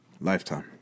lifetime